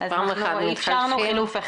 אז אפשרנו חילוף,